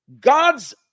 God's